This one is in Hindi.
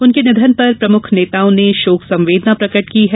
उनके निधन पर प्रमुख नेताओं ने शोक संवेदना प्रकट की है